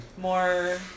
More